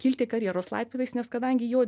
kilti karjeros laiptais nes kadangi jo